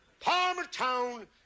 Palmertown